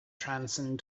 transcend